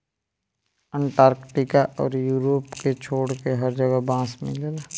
Antarctica अउरी Europe के छोड़के हर जगह बांस मिलेला